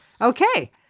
Okay